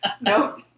Nope